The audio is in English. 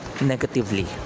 negatively